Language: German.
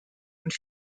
und